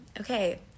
okay